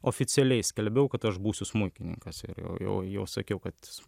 oficialiai skelbiau kad aš būsiu smuikininkas ir jau jau jau sakiau kad